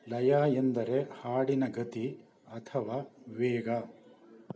ಲಯ ಎಂದರೆ ಹಾಡಿನ ಗತಿ ಅಥವಾ ವೇಗ